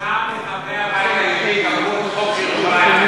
תשעה מחברי הבית היהודי קברו את חוק ירושלים.